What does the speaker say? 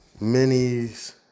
Minis